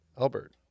Albert